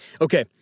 Okay